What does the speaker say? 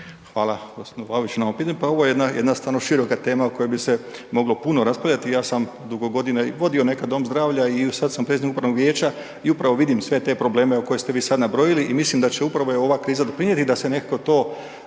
Hvala gospodine Vlaović na ovome pitanju. Pa ovo je jedna stvarno široka tema o kojoj bi se moglo puno raspravljati i ja sam dugo godina vodio nekad dom zdravlja i sada sam predsjednik upravnog vijeća i upravo vidim sve te probleme koje ste vi sada nabrojili i mislim da će upravo i ova kriza doprinijeti da se nekako to